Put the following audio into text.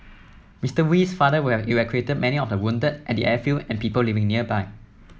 Mister Wee's father would have evacuated many of the wounded at the airfield and people living nearby